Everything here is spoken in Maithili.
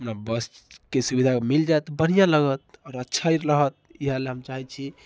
हमरा बसके सुविधा मिल जाएत बढ़िआँ लागत आओर अच्छा रहत इहए लै हम चाहैत छी